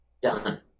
done